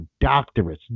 doctorates